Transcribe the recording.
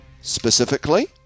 Specifically